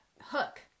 hook